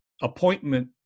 appointment